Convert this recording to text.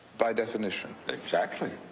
by definition? exactly.